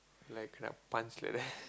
like kena punch like that